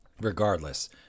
regardless